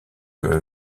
que